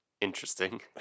Interesting